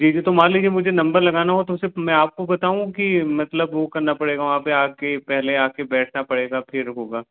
जी जी तो मान लीजिए मुझे नम्बर लगाना हो तो सिर्फ़ मैं आपको बताऊँ कि मतलब वो करना पड़ेगा वहाँ पर आ कर पहले आ कर बैठना पड़ेगा फिर होगा